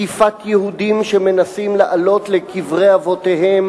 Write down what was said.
לתקיפת יהודים שמנסים לעלות לקברי אבותיהם